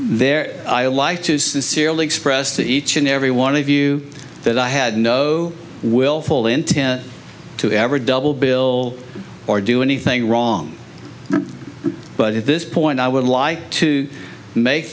there i like to sincerely express to each and every one of you that i had no willful intent to ever double bill or do anything wrong but at this point i would like to make